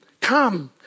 come